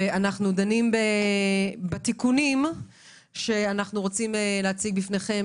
אנו דנים בתיקונים שאנו רוצים להציג בפניכם